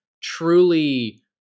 truly